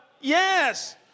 Yes